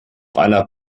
einer